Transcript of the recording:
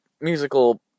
musical